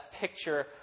picture